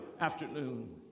afternoon